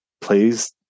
plays